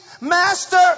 master